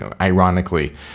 Ironically